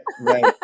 right